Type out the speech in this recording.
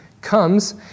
comes